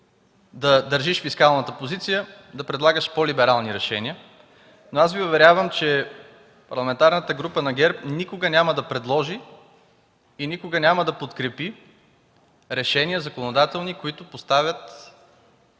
да държиш фискалната позиция, да предлагаш по-либерални решения, но аз Ви уверявам, че Парламентарната група на ГЕРБ никога няма да предложи и подкрепи законодателни решения, които поставят